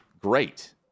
great